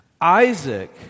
Isaac